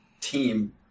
team